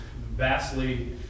vastly